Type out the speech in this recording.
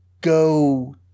go